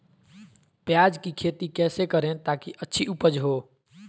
प्याज की खेती कैसे करें ताकि अच्छी उपज हो?